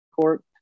court